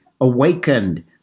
awakened